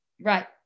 Right